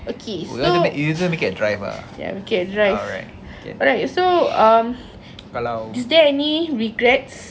okay so ya make it a drive all right so um is there any regrets